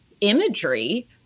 imagery